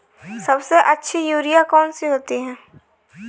सबसे अच्छी यूरिया कौन सी होती है?